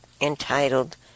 entitled